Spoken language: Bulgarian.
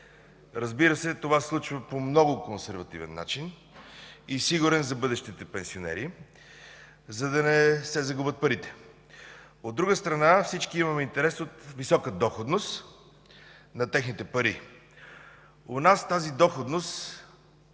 Разбира се, това се случва по много консервативен и сигурен за бъдещите пенсионери начин, за да не се загубят парите. От друга страна, всички имаме интерес от висока доходност на техните пари. У нас тази доходност,